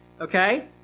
Okay